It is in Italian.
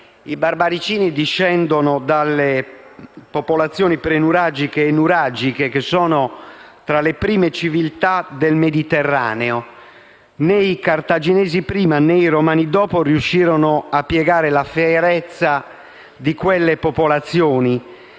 I barbaricini discendono dalle popolazioni prenuragiche e nuragiche, che sono tra le prime civiltà del Mediterraneo. Né i cartaginesi prima, né i romani dopo riuscirono a piegare la fierezza di quelle popolazioni.